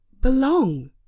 belong